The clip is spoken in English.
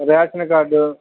ration card